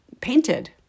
painted